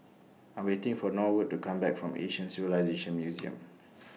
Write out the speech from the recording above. I Am waiting For Norwood to Come Back from Asian Civilisations Museum